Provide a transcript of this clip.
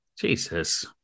Jesus